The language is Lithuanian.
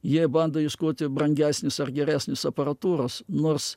jie bando ieškoti brangesnės ar geresnės aparatūros nors